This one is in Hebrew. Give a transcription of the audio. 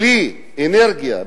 בלי אנרגיה,